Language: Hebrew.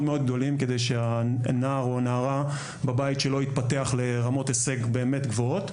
גדולים כדי שהנער או הנערה בבית שלו התפתח לרמות הישג באמת גבוהות.